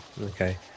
Okay